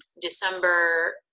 December